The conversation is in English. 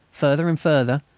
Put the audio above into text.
further and further,